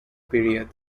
period